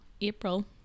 April